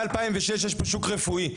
מ-2006 יש פה שוק רפואי.